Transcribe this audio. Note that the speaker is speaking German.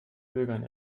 bürgern